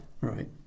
Right